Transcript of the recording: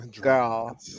girl